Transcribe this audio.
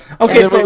Okay